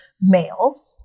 male